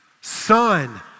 Son